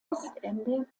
ostende